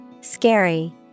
Scary